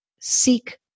seek